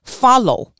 follow